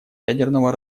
ядерного